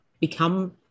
become